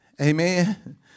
Amen